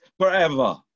forever